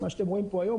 כפי שאתם רואים פה היום,